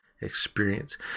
experience